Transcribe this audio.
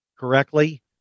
Correctly